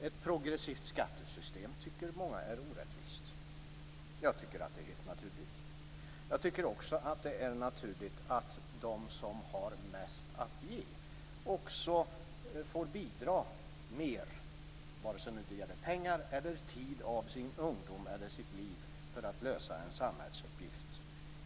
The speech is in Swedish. Ett progressivt skattesystem tycker många är orättvist. Jag tycker att det är helt naturligt. Jag tycker också att det är naturligt att de som har mest att ge får bidra mer, vare sig det gäller pengar eller tid av sin ungdom eller sitt liv, för att lösa en samhällsuppgift.